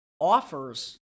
offers